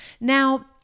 Now